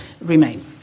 remain